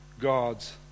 God's